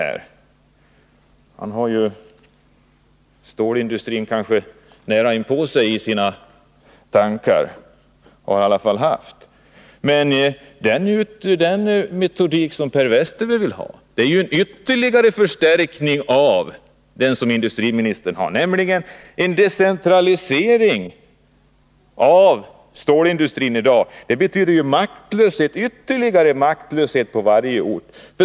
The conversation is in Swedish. Han har kanske stålindustrin i sina tankar — han har i alla fall haft det — men den metodik som Per Westerberg vill ha är en ytterligare förstärkning av den som industriministern har. En decentralisering av stålindustrin i dag betyder ytterligare maktlöshet på varje ort.